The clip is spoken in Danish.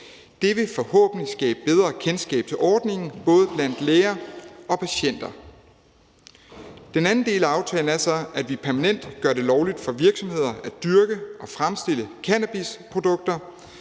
Det vil forhåbentlig skabe bedre kendskab til ordningen blandt både læger og patienter. Den anden del af aftalen er så, at vi permanent gør det lovligt for virksomheder at dyrke og fremstille cannabisprodukter.